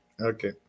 Okay